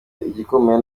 igikomeye